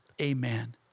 Amen